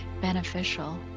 beneficial